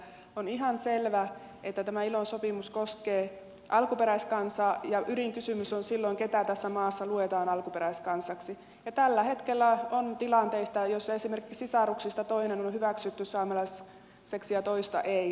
on ihan selvää että tämä ilo sopimus koskee alkuperäiskansaa ja ydinkysymys on silloin keitä tässä maassa luetaan alkuperäiskansaksi ja tällä hetkellä on tilanteita joissa esimerkiksi sisaruksista toinen on hyväksytty saamelaiseksi ja toista ei